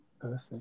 Perfect